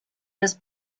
was